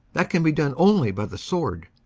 that can be done only by the sword.